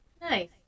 Nice